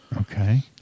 Okay